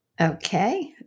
Okay